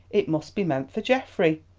it must be meant for geoffrey.